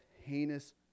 heinous